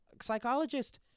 psychologist